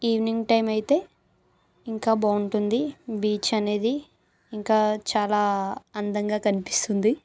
evening time అయితే ఇంకా బాగుంటుంది బీచ్ అనేది ఇంకా చాలా అందంగా కనిపిస్తుంది